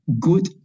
good